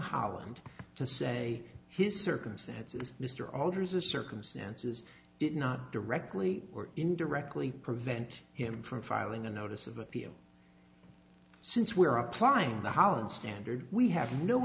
holland to say his circumstances mr alters the circumstances did not directly or indirectly prevent him from filing the notice of appeal since we're applying the holland standard we have no